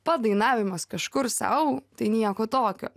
padainavimas kažkur sau tai nieko tokio